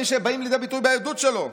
דברים שבאים לידי ביטוי בעדות שלו,